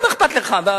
מה אכפת לך?